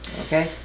Okay